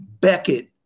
Beckett